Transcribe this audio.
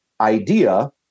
idea